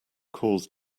cause